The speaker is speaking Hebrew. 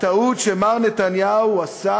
הטעות שמר נתניהו עשה,